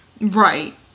Right